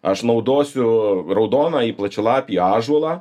aš naudosiu raudonąjį plačialapį ąžuolą